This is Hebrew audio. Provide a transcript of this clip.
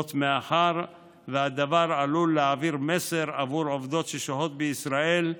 מאחר שהדבר עלול להעביר מסר לעובדות ששוהות בישראל.